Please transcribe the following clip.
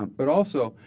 um but also,